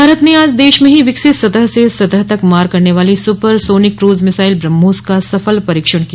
भारत ने आज देश में ही विकसित सतह से सतह तक मार करने वाली supersonic cruise missile BrahMos का सफल परीक्षण किया